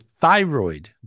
thyroid